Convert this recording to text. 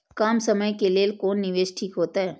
कम समय के लेल कोन निवेश ठीक होते?